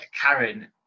karen